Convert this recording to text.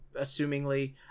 assumingly